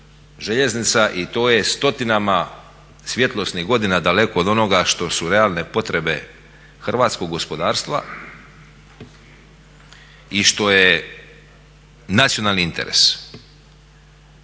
željeznica i to je stotinama svjetlosnih godina daleko od onoga što su realne potrebe hrvatskog gospodarstva i što je nacionalni interes